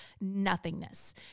nothingness